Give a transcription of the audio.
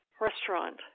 restaurant